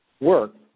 work